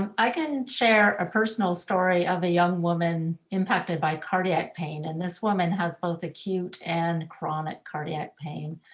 i can share a personal story of a young woman impacted by cardiac pain. and this woman has both acute and chronic cardiac pain.